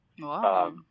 Wow